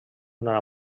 una